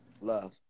Love